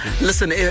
listen